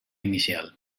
inicial